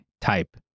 type